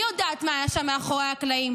אני יודעת מה היה שם מאחורי הקלעים.